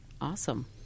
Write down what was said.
Awesome